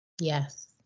yes